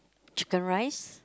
chicken rice